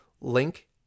Link